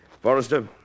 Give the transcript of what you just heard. Forrester